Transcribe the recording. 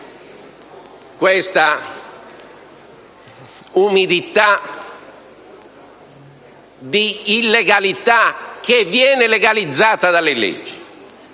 una umidità di illegalità che viene legalizzata dalle leggi,